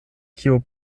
kiu